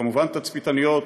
כמובן תצפיתניות,